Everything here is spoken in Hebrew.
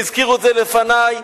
והזכירו את זה לפני,